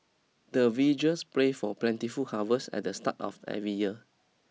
the villagers pray for plentiful harvest at the start of every year